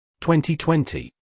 2020